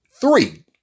Three